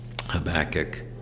Habakkuk